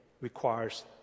requires